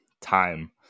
time